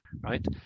right